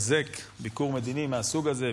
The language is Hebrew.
התשפ"ג 2023,